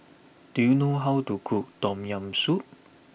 do you know how to cook Tom Yam Soup